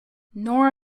nora